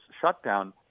shutdown